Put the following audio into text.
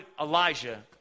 Elijah